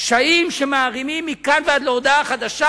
קשיים שמערימים מכאן ועד להודעה חדשה,